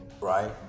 right